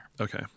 okay